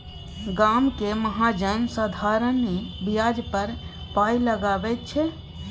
गामक महाजन साधारणे ब्याज पर पाय लगाबैत छै